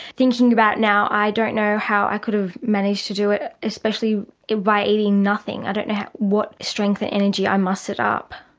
thinking about now i don't know how i could have managed to do it, especially by eating nothing. i don't know what strength and energy i mustered up.